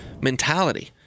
mentality